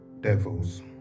devils